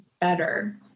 better